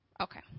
Okay